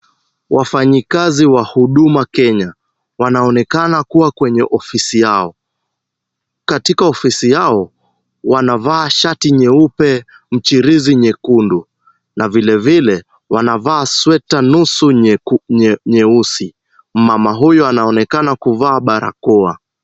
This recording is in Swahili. Wafanyikazi wa Huduma Kenya wanaonekana kuwa kwenye ofisi yao. Katika ofisi yao, wanavaa shati nyeupe, mchirizi nyekundu na vilevile wanavaa sweta nusu nyeusi. Mama huyu anaonekana kuvaa barakoa.